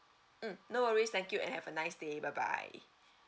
mm no worries thank you and have a nice day bye bye